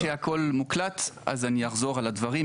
אני מבין שהכל מוקלט אז אני אחזור על הדברים,